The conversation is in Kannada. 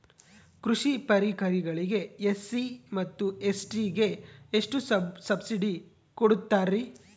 ಕೃಷಿ ಪರಿಕರಗಳಿಗೆ ಎಸ್.ಸಿ ಮತ್ತು ಎಸ್.ಟಿ ಗೆ ಎಷ್ಟು ಸಬ್ಸಿಡಿ ಕೊಡುತ್ತಾರ್ರಿ?